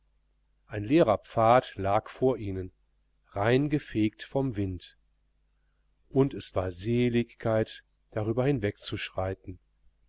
ein leerer pfad lag vor ihnen reingefegt vom wind und es war seligkeit darüber